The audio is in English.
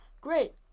Great